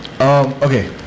okay